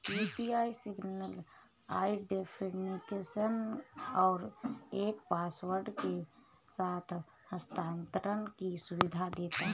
UPI single identification और एक password के साथ हस्थानांतरण की सुविधा देता है